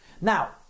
Now